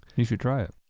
you should try it.